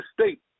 state